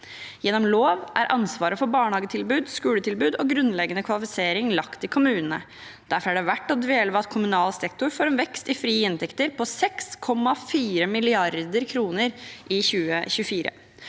Gjennom lov er ansvaret for barnehagetilbud, skoletilbud og grunnleggende kvalifisering lagt til kommunene. Derfor er det verdt å dvele ved at kommunal sektor får en vekst i frie inntekter på 6,4 mrd. kr i 2024.